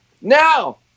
Now